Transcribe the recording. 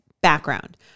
Background